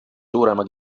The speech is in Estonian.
suurema